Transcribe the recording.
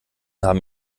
haben